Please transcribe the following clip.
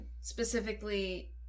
specifically